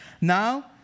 Now